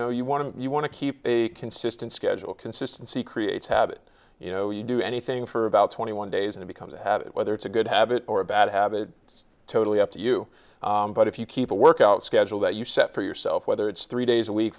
know you want to you want to keep a consistent schedule consistency creates habit you know you do anything for about twenty one days it becomes a habit whether it's a good habit or a bad habit it's totally up to you but if you keep a workout schedule that you set for yourself whether it's three days a week